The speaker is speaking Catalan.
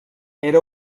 era